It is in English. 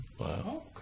Wow